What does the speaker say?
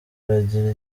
aragira